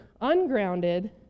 ungrounded